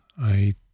I